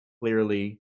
clearly